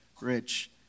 rich